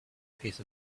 piece